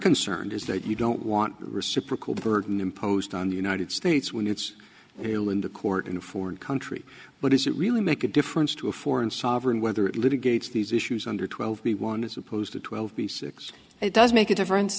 concerned is that you don't want reciprocal burden imposed on the united states when it's in the court in a foreign country but is it really make a difference to a foreign sovereign whether it litigates these issues under twelve b one as opposed to twelve b six it does make a difference